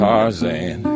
Tarzan